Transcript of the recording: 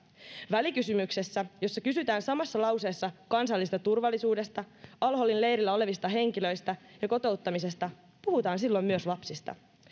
välikysymyksessä jossa kysytään samassa lauseessa kansallisesta turvallisuudesta al holin leirillä olevista henkilöistä ja kotiuttamisesta puhutaan silloin myös lapsista